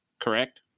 Correct